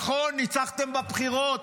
נכון, ניצחתם בבחירות.